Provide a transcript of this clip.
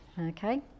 okay